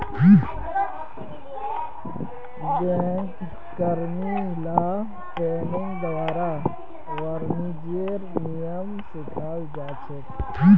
bank कर्मि ला ट्रेनिंगेर दौरान वाणिज्येर नियम सिखाल जा छेक